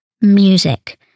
music